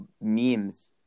memes